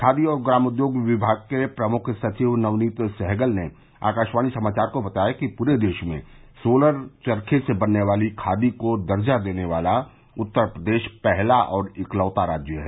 खादी और ग्रामोधोग विभाग के प्रमुख सचिव नवनीत सहगल ने आकाशवाणी समाचार को बताया कि पूरे देश में सोलर चर्खे से बनने वाली खादी का दर्जा देने वाला उत्तर प्रदेश पहला और इकलौता राज्य है